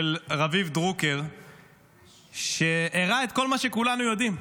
רביב דרוקר שהראה את כל מה שכולנו יודעים.